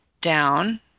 down